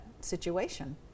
situation